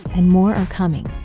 and more are coming.